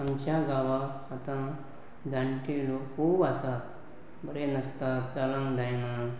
आमच्या गांवां आतां जाणटे लोक खूब आसात बरें नासतात चलांक जायना